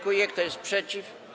Kto jest przeciw?